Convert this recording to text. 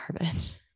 garbage